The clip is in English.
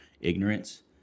ignorance